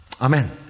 Amen